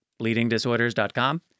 bleedingdisorders.com